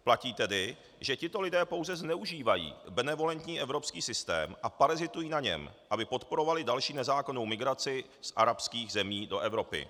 Platí tedy, že tito lidé pouze zneužívají benevolentní evropský systém a parazitují na něm, aby podporovali další nezákonnou migraci z arabských zemí do Evropy.